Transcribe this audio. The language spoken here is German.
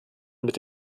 mit